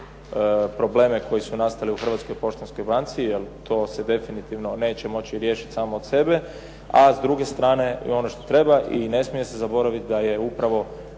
probleme koji su nastali u Hrvatskoj poštanskoj banci, jer to se definitivno neće moći riješiti samo od sebe. A s druge strane i ono što treba i ne smije se zaboraviti da je upravo